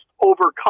overcome